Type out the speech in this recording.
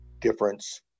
difference